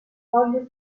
foglie